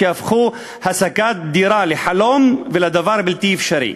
שהפכה השגת דירה לחלום ולדבר בלתי אפשרי,